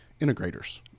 integrators